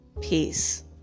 Peace